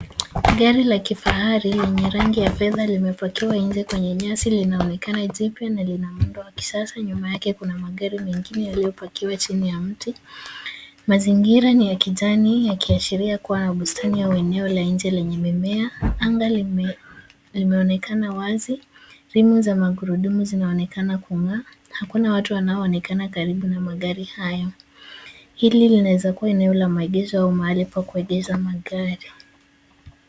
Gari la kifahari lenye rangi ya fedha limepakiwa nje kwenye nyasi linaonekana jipya na lina muundo wa kisasa. Nyuma yake kuna magari mengine yaliyopakiwa chini ya mti. Mazingira ni ya kijani yakiashiria kuwa na bustani ya wenyewe la nje lenye mimea. Anga limeonekana wazi. Rimu za magurudumu zinaonekana kung'aa. Hakuna watu wanaoonekana karibu na magari hayo. Hili linaweza kuwa eneo la maegesho au mahali pa kuegesha magari.